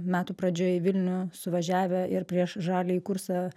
metų pradžioj į vilnių suvažiavę ir prieš žaliąjį kursą